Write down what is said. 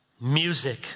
music